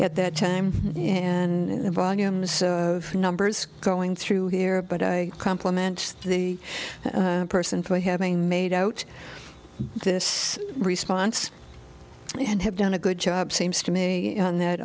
at that time and volumes of numbers going through here but i compliment the person for having made out this response and have done a good job seems to me